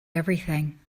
everything